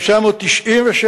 1997,